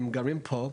הם גרים פה.